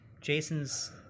Jason's